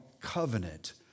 covenant